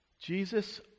Jesus